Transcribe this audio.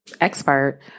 expert